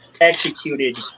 executed